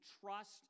trust